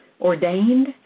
ordained